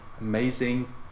amazing